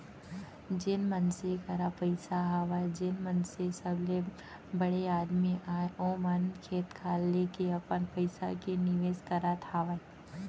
जेन मनसे करा पइसा हवय जेन मनसे बड़े आदमी अय ओ मन खेत खार लेके अपन पइसा के निवेस करत हावय